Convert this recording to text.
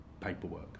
paperwork